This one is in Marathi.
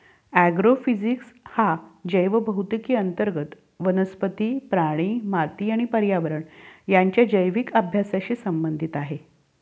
ॲग्रोफिजिक्स हा जैवभौतिकी अंतर्गत वनस्पती, प्राणी, माती आणि पर्यावरण यांच्या जैविक अभ्यासाशी संबंधित आहे